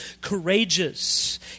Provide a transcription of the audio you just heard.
courageous